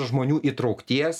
žmonių įtraukties